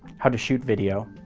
how to shoot video,